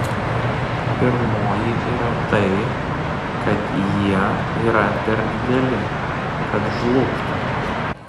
pirmoji yra tai kad jie yra per dideli kad žlugtų